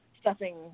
stuffing